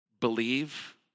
believe